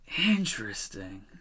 Interesting